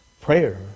Prayer